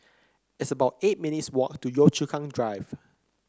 it's about eight minutes' walk to Yio Chu Kang Drive